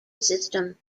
system